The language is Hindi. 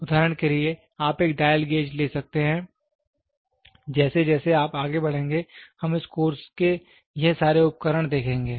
उदाहरण के लिए आप एक डायल गेज ले सकते हैं जैसे जैसे आप आगे बढ़ेंगे हम इस कोर्स के यह सारे उपकरण देखेंगे